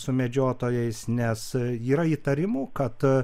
su medžiotojais nes yra įtarimų kad